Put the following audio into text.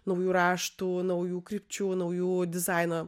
naujų raštų naujų krypčių naujų dizaino